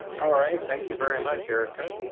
all right. thank you very much, erica.